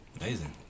amazing